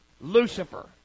Lucifer